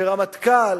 ברמטכ"ל,